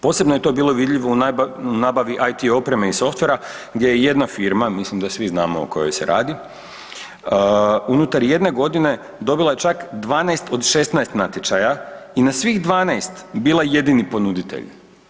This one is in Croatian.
Posebno je to bilo vidljivo u nabavi IT opreme i softvera, gdje je jedna firma, mislim da svi znamo o kojoj se radi unutar jedne godine dobila čak 12 od 16 natječaja i na svih 12 bila jedini ponuditelj.